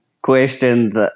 questions